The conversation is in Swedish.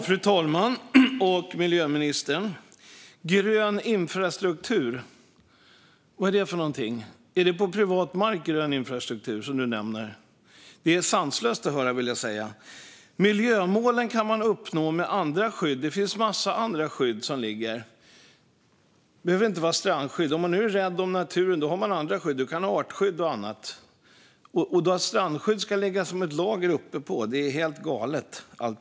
Fru talman! Vad är "grön infrastruktur" för någonting? Är det på privat mark? Det är sanslöst att höra, vill jag säga. Miljömålen kan man uppnå med andra skydd som finns. Det behöver inte vara strandskydd. Om man nu är rädd om naturen har man andra skydd, till exempel artskydd och annat. Att strandskydd ska läggas som ett lager uppepå är helt galet.